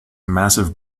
massive